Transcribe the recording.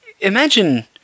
Imagine